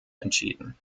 entschieden